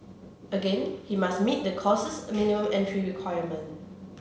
again he must meet the course's minimum entry requirement